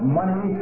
money